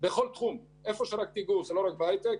בכל תחום, ולא רק בהייטק.